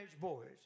boys